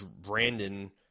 Brandon